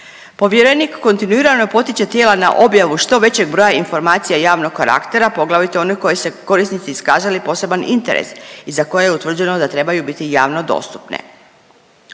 Povjerenik kontinuirano potiče tijela na objavu što većeg broja informacija javnog karaktera, poglavito onog koji se korisnici iskazali poseban interes i za koje je utvrđeno da trebaju biti javno dostupne.